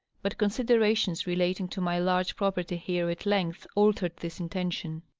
but considerations relating to my large property here at length altered this intention.